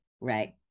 Right